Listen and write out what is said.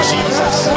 Jesus